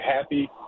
happy